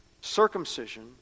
Circumcision